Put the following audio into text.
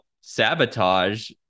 sabotage